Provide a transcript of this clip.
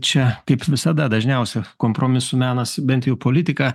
čia kaip visada dažniausia kompromisų menas bent jau politika